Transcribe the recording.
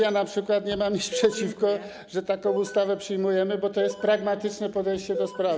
Ja np. nie mam nic przeciwko temu, że taką ustawę przyjmujemy, bo to jest pragmatyczne podejście do sprawy.